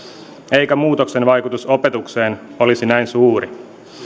eikä muutoksen vaikutus opetukseen olisi näin suuri